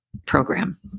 program